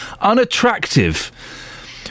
unattractive